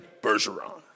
Bergeron